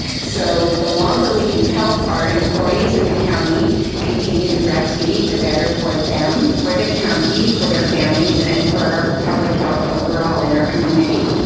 so the longer we can help our employees in the county continue to breastfeed, the better for them, for the county, for their families and for our public health overall and our community.